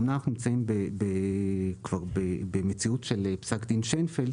אמנם אנחנו נמצאים במציאות של פסק דין שיינפלד